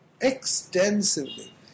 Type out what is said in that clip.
extensively